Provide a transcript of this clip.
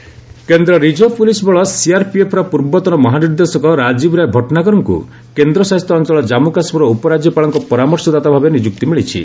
JK L C adviser କେନ୍ଦ୍ରୀୟ reserve police ବଳ ସିଆର୍ପିଏଫ୍ର ପୂର୍ବତନ ମହାନିର୍ଦ୍ଦେଶକ ରାଜୀବ୍ ରାୟ ଭଟ୍ଟନାଗରଙ୍କୁ କେନ୍ଦ୍ରଶାସିତ ଅଞ୍ଚଳ କମ୍ମୁ କାଶ୍ମୀରର ଉପରାଜ୍ୟପାଳଙ୍କ ପରାମର୍ଶଦାତାଭାବେ ନିଯୁକ୍ତି ମିଳିଛି